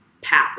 path